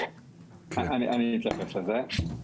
אני אתייחס לזה.